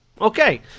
Okay